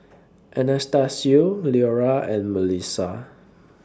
Anastacio Leora and Mellisa